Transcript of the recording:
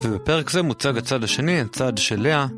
ובפרק זה מוצג הצד השני, הצד של לאה